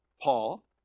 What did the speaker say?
Paul